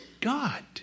God